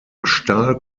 stahl